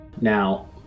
Now